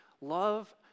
love